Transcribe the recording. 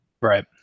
Right